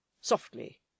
Softly